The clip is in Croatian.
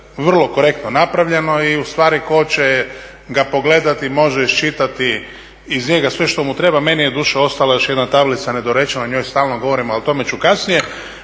vrlo korektno napravljeno i ustvari tko će ga pogledati može iščitati iz njega sve što mu treba. Meni je doduše ostala još jedna tablica nedorečena, o njoj stalno govorimo, o tome ću kasnije.